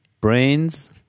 brains